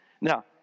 Now